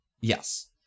Yes